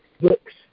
books